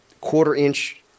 quarter-inch